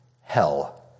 Hell